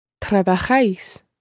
Trabajáis